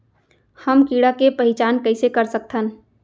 हम कीड़ा के पहिचान कईसे कर सकथन